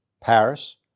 Paris